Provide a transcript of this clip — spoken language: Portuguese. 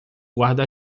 guarda